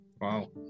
Wow